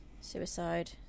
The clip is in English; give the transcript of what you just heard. Suicide